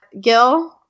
Gil